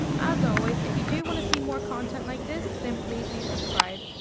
as always, if you do want to see more content like this, then please do subscribe.